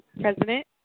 president